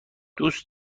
دوست